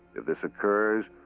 if this occurs,